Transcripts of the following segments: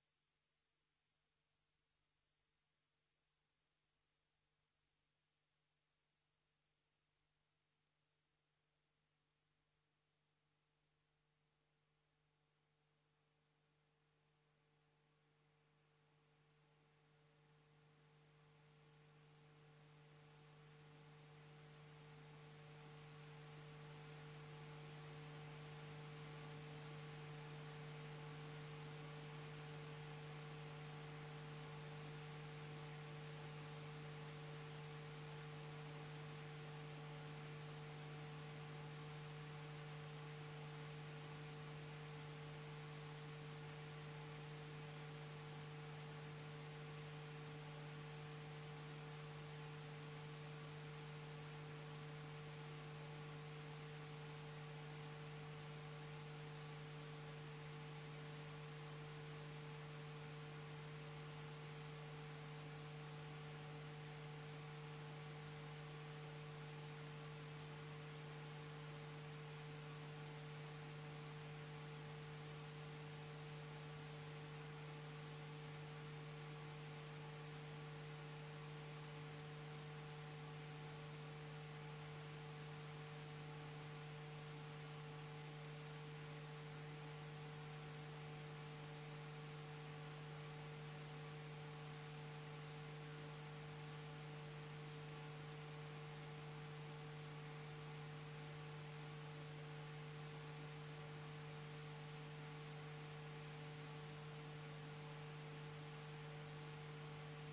tämä hallitus on hoitanut valtiontaloutta niin että kansainväliset luottolaitokset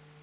meihin luottavat